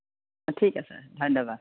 ঠিক আছে ধন্যবাদ